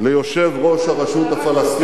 ליושב-ראש הרשות הפלסטינית,